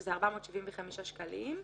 שזה 475 שקלים.